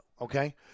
Okay